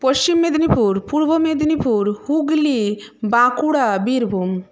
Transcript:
Paschim Medinipur Purba Medinipur Hooghly Bankura Birbhum